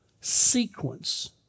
sequence